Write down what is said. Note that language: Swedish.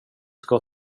ska